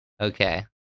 Okay